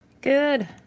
Good